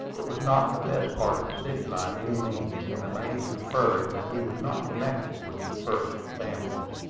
it was not in the best part of the city by any means and the mate inferred that he was not connected with the first families.